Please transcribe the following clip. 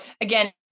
again